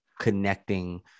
connecting